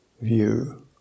view